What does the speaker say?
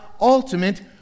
ultimate